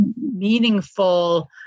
meaningful